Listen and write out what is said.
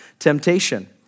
temptation